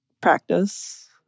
practice